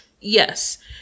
Yes